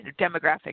demographic